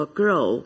grow